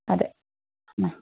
അ